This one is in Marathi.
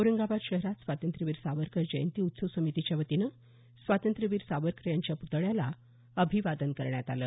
औरंगाबाद शहरात स्वातंत्र्यवीर सावरकर जयंती उत्सव समितीच्या वतीनं स्वातंत्र्यवीर सावरकर यांच्या पुतळ्याला अभिवादन करण्यात आलं